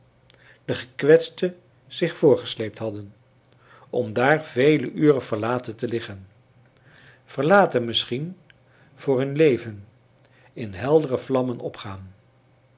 de gekwetsten zich voortgesleept hadden om daar vele uren verlaten te liggen verlaten misschien voor hun leven in heldere vlammen opgaan